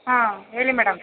ಹಾಂ ಹೇಳಿ ಮೇಡಮ್